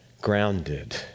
grounded